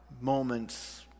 moments